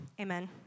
Amen